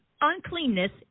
uncleanness